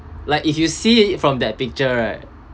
like if you see from that picture right